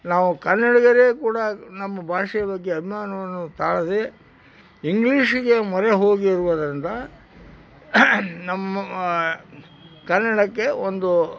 ನಾವು ಕನ್ನಡಿಗರೇ ಕೂಡ ನಮ್ಮ ಭಾಷೆಯ ಬಗ್ಗೆ ಅಭಿಮಾನವನ್ನು ತಾಳದೇ ಇಂಗ್ಲೀಷಿಗೆ ಮೊರೆ ಹೋಗಿರುವುದರಿಂದ ನಮ್ಮ ಕನ್ನಡಕ್ಕೆ ಒಂದು